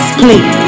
please